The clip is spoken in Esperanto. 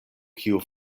kiu